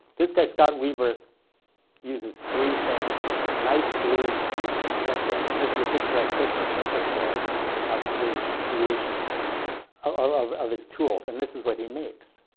this guy scott weaver uses three things knife, glue, and toothpicks. that's it. and this is a picture i took at maker faire of his creation of of his tools. and this is what he makes.